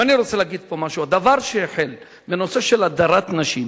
ואני רוצה להגיד פה משהו: הדבר שהחל בנושא של הדרת נשים,